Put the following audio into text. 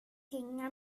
hänga